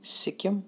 Sikkim